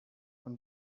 von